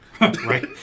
Right